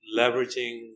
leveraging